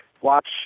watch